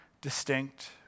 distinct